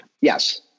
Yes